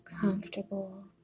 comfortable